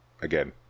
Again